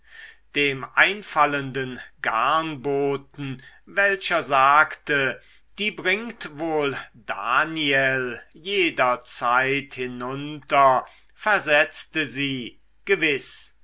dem einfallenden garnboten welcher sagte die bringt wohl daniel jederzeit hinunter versetzte sie gewiß